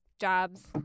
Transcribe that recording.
jobs